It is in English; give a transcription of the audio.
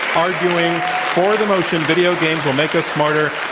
arguing for the motion, video games will make us smarter.